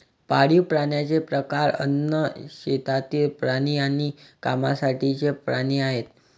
पाळीव प्राण्यांचे प्रकार अन्न, शेतातील प्राणी आणि कामासाठीचे प्राणी आहेत